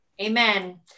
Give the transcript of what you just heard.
Amen